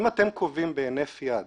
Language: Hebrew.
אם אתם קובעים בהינף יד